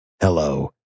Hello